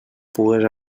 pugues